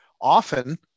Often